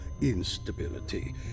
instability